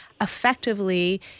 effectively